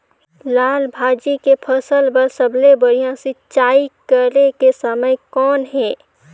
लाल भाजी के फसल बर सबले बढ़िया सिंचाई करे के समय कौन हे?